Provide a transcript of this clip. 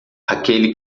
aquele